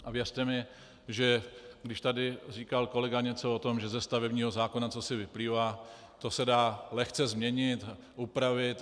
A věřte mi, když tady říkal kolega něco o tom, že ze stavebního zákona cosi vyplývá, to se dá lehce změnit, upravit.